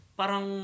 parang